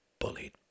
bullied